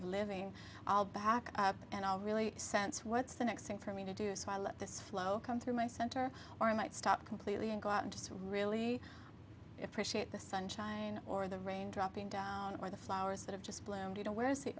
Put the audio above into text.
of living all back and i'll really sense what's the next thing for me to do so i let this flow come through my center or i might stop completely and go out and just really appreciate the sunshine or the rain dropping or the flowers that have just bloomed you know where's the